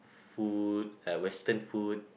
food like western food